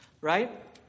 Right